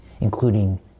including